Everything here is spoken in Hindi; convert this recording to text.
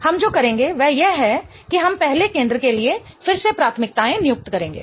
हम जो करेंगे वह यह है कि हम पहले केंद्र के लिए फिर से प्राथमिकताएं नियुक्त करेंगे